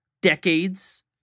decades